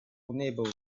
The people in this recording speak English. unable